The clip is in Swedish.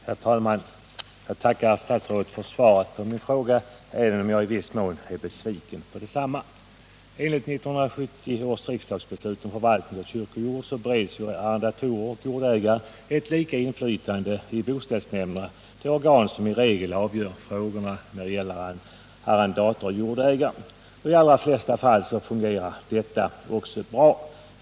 Herr talman! Jag tackar statsrådet för svaret på min fråga, även om jag i viss mån är besviken på detsamma. som i regel avgör frågor mellan arrendator och jordägare. I de allra flesta fall fungerar detta också bra.